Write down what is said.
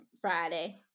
Friday